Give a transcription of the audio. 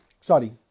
Sorry